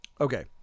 Okay